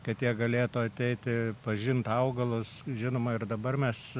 kad jie galėtų ateiti pažinti augalus žinoma ir dabar mes